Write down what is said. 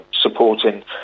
supporting